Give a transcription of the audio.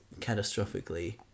catastrophically